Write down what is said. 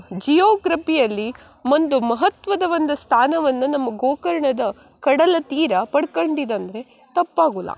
ಜಿಯೋಗ್ರಪಿಯಲ್ಲಿ ಒಂದು ಮಹತ್ವದ ಒಂದು ಸ್ಥಾನವನ್ನು ನಮ್ಮ ಗೋಕರ್ಣದ ಕಡಲ ತೀರ ಪಡ್ಕಂಡಿದೆ ಅಂದರೆ ತಪ್ಪಾಗುಲ್ಲ